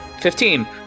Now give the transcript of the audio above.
Fifteen